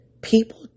People